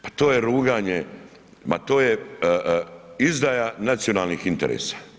Pa to je ruganje, ma to je izdaja nacionalnih interesa.